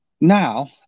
now